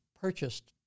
purchased